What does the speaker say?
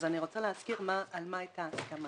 אז אני רוצה להזכיר על מה היתה ההסכמה: